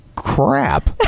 Crap